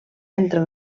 entre